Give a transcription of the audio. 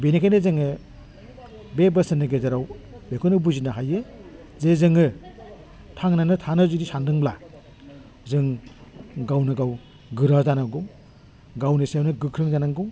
बिनिखायनो जोङो बे बोसोननि गेजेराव बेखौनो बुजिनो हायो जे जोङो थांनानै थानो जुदि सानदोंब्ला जों गावनो गाव गोरा जानांगौ गावनि सायावनो गोख्रों जानांगौ